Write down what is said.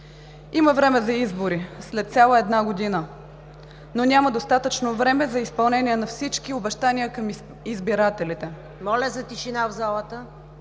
Има време за избори – след цяла една година, но няма достатъчно време за изпълнение на всички обещания към избирателите. Досега трябваше